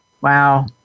Wow